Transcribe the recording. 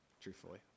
truthfully